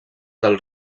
del